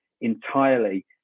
entirely